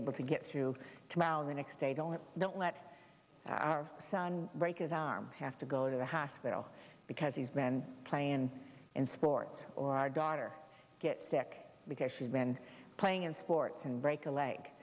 able to get through to mound the next day don't don't let our son break his arm have to go to the hospital because he's been playing in sport or our daughter gets sick because she's been playing in sports and break a leg